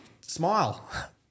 smile